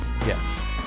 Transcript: yes